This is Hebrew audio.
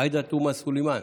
עאידה תומא סלימאן,